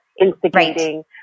instigating